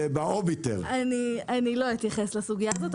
אני לא אתייחס לסוגיה הזו,